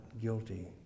guilty